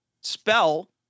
spell